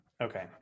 Okay